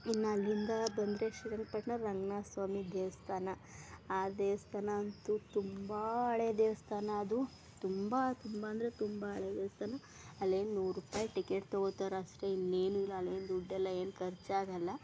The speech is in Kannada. ಇನ್ನ ಅಲ್ಲಿಂದ ಬಂದರೆ ಶ್ರೀರಂಗಪಟ್ನ ರಂಗ್ನಾಥ ಸ್ವಾಮಿ ದೇವಸ್ಥಾನ ಆ ದೇವಸ್ಥಾನ ಅಂತು ತುಂಬ ಹಳೇ ದೇವಸ್ಥಾನ ಅದು ತುಂಬ ತುಂಬ ಅಂದರೆ ತುಂಬ ಹಳೇ ದೇವಸ್ಥಾನ ಅಲ್ಲೇನು ನೂರು ರೂಪಾಯಿ ಟಿಕೆಟ್ ತಗೊತಾರಷ್ಟೆ ಇನ್ನೇನು ಇಲ್ಲ ಅಲ್ಲೇನು ದುಡ್ಡೆಲ್ಲ ಏನು ಖರ್ಚಾಗಲ್ಲ